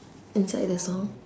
inside the song